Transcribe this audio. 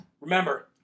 Remember